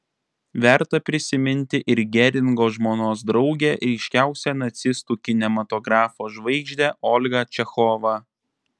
verta prisiminti ir geringo žmonos draugę ryškiausią nacistų kinematografo žvaigždę olgą čechovą